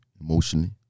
emotionally